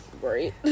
great